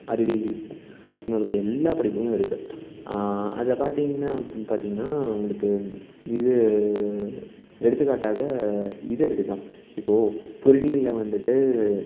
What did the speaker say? அறிவியல் இ சமந்தப்பட்ட எல்லாப் படிப்புகளும் இருக்குது அதில் பார்த்தீங்கன்னா பு பார்த்தீங்கன்னா உங்களுக்கு இது எடுத்துக்காட்டாக இது எடுத்துக்கலாம் இப்போது பொறிவியல்ல வந்துட்டு